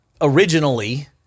originally